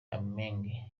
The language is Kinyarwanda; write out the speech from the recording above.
amge